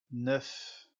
neuf